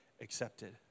accepted